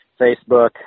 Facebook